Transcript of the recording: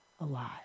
alive